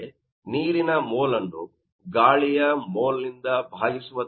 ಅಂದರೆ ನೀರಿನ ಮೋಲ್ ಅನ್ನು ಗಾಳಿಯ ಮೋಲ್ ಯಿಂದ ಬಾಗಿಸುವುದಾಗಿದೆ